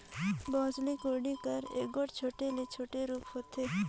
बउसली कोड़ी कर एगोट छोटे ले छोटे रूप होथे